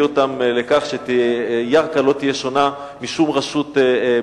אותם לכך שירכא לא תהיה שונה משום רשות